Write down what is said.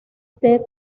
ted